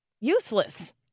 useless